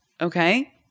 okay